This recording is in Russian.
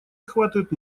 охватывает